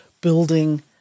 building